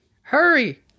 hurry